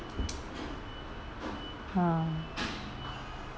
ha